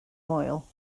moel